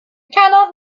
cannot